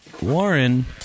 Warren